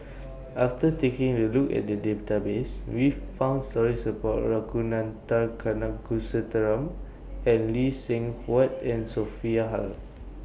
after taking A Look At The Database We found stories about Ragunathar Kanagasuntheram and Lee Seng Huat and Sophia Hull